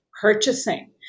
purchasing